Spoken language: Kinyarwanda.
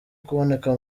kuboneka